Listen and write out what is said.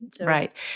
Right